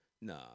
Nah